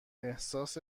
احساس